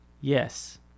Yes